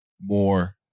more